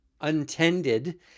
untended